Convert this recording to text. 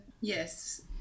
Yes